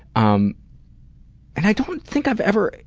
um and i don't think i've ever